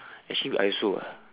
actually I also ah